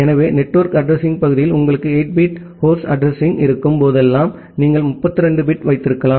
எனவே network addressing பகுதியில் உங்களுக்கு 8 பிட் ஹோஸ்ட் அட்ரஸிங்இருக்கும் போதெல்லாம் நீங்கள் 32 பிட் வைத்திருக்கலாம்